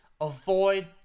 Avoid